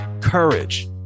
courage